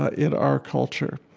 ah in our culture,